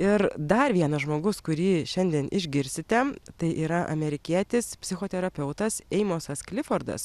ir dar vienas žmogus kurį šiandien išgirsite tai yra amerikietis psichoterapeutas eimosas klifordas